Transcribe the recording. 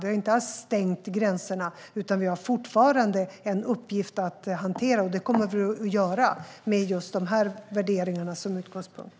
Vi har inte alls stängt gränserna, utan vi har fortfarande en uppgift att hantera, och det kommer vi att göra med de här värderingarna som utgångspunkt.